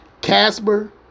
Casper